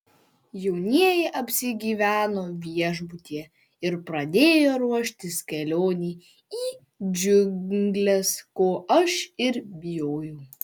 jaunieji apsigyveno viešbutyje ir pradėjo ruoštis kelionei į džiungles ko aš ir bijojau